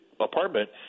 apartment